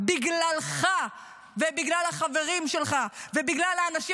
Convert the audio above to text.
בגללך ובגלל החברים שלך ובגלל האנשים